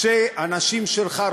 אנשים שלך,